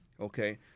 Okay